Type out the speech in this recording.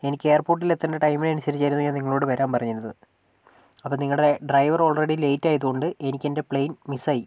എനിക്ക് എയർപോർട്ടിലെത്തേണ്ട ടൈമിന് അനുസരിച്ചായിരുന്നു ഞാൻ നിങ്ങളോട് വരാൻ പറഞ്ഞിരുന്നത് അപ്പം നിങ്ങളുടെ ഡ്രൈവർ ഓൾറെഡി ലേറ്റ് ആയതുകൊണ്ട് എനിക്കെൻ്റെ പ്ലെയിൻ മിസ്സായി